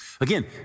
Again